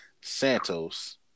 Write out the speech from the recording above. Santos